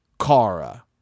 Kara